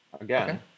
again